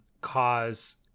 cause